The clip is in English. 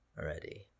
already